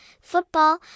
football